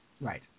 Right